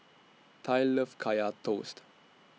Tai loves Kaya Toast